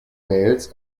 mails